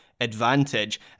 advantage